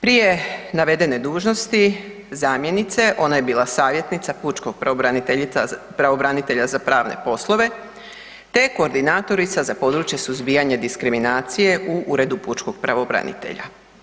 Prije navedene dužnosti zamjenice ona je bila savjetnica pučkog pravobranitelja za pravne poslove, te koordinatorica za područje suzbijanja diskriminacije u Uredu pučkog pravobranitelja.